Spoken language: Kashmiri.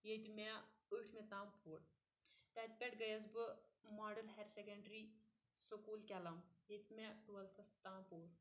ییٚتہِ مےٚ ٲٹھمہِ تام پوٚر تَتہِ پٮ۪ٹھ گٔیَس بہٕ ماڈل ہایر سیٚکَنٛڈری سکوٗل کیٚلم ییٚتہِ مےٚ ٹویٚلتھس تام پوٚر